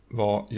var